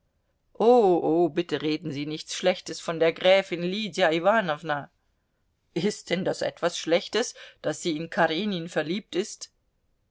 oh oh bitte reden sie nichts schlechtes von der gräfin lydia iwanowna ist denn das etwas schlechtes daß sie in karenin verliebt ist